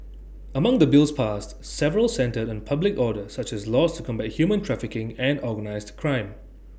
among the bills passed several centred the public order such as laws to combat human trafficking and organised crime